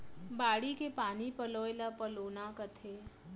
बाड़ी के पानी पलोय ल पलोना कथें